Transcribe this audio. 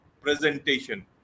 presentation